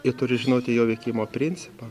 ir turi žinoti jo veikimo principą